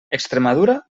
extremadura